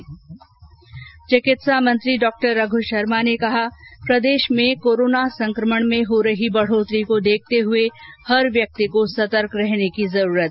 ् चिकित्सा मंत्री डॉक्टर रघ शर्मा ने कहा प्रदेश में कोरोना संक्रमण में हो रही बढोतरी को देखते हुए हुर व्यक्ति को सतर्क रहने की जरूरत